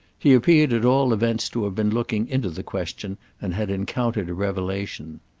he appeared at all events to have been looking into the question and had encountered a revelation.